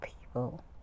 people